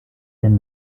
ihren